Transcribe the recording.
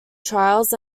trials